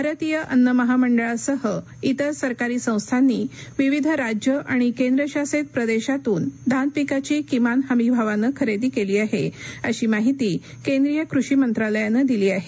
भारतीय अन्न महामंडळासह इतर सरकारी संस्थांनी विविध राज्यं आणि केंद्रशासित प्रदेशांतून धान पिकाची किमान हमी भावानं खरेदी केली आहे अशी माहिती केंद्रीय कृषी मंत्रालयानं दिली आहे